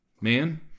Man